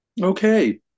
Okay